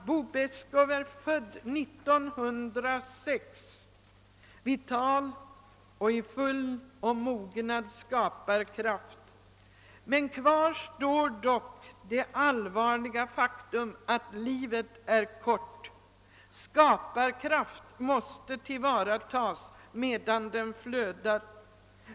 Bo Beskow är född 1906 och är vital och i full och mognad skaparkraft. Men kvar står dock det allvarliga faktum att livet är kort. Skaparkraft måste tillvaratas medan den flödar.